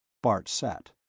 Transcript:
bart sat.